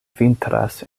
vintras